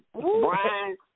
Brian